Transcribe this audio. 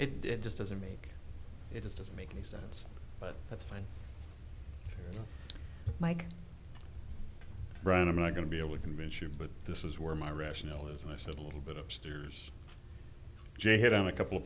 it did just as in me it just doesn't make any sense but that's fine mike rann i'm not going to be able to convince you but this is where my rationale is and i said a little bit upstairs jay had on a couple of